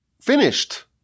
finished